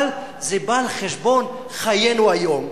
אבל זה בא על חשבון חיינו היום,